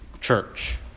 church